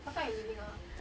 what time you leaving ah